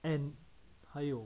and 还有